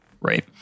Right